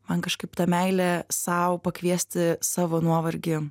man kažkaip tą meilę sau pakviesti savo nuovargį